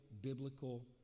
biblical